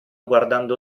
guardando